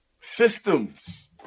Systems